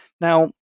Now